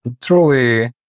truly